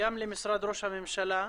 - גם למשרד ראש הממשלה,